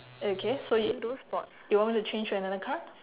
okay so you you want to change to another card